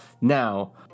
Now